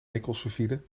nikkelsulfide